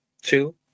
Two